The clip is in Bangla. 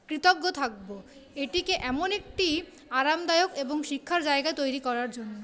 কৃতজ্ঞ থাকবো এটিকে এমন একটি আরামদায়ক এবং শিক্ষার জায়গা তৈরী করার জন্য